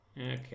Okay